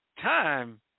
time